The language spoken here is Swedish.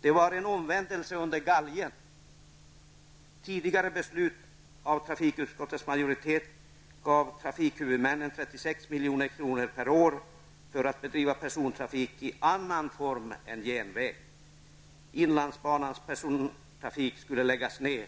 Det var en omvändelse under galgen. Tidigare beslut av trafikutskottets majoritet gav trafikhuvudmännen 36 milj.kr. per år för att bedriva persontrafik i annan form än järnväg. Inlandsbanans persontrafik skulle läggas ned